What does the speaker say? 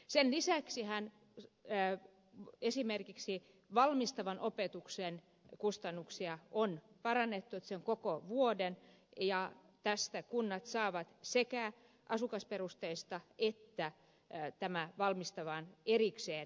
sen lisäksihän esimerkiksi tukea valmistavan opetuksen kustannuksiin on parannettu niin että se on koko vuoden ja tästä kunnat saavat sekä asukasperusteista että tähän valmistavaan erikseen apua